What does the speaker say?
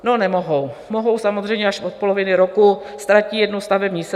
No, nemohou, mohou samozřejmě až od poloviny roku, ztratí jednu stavební sezonu.